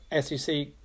SEC